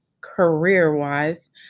career-wise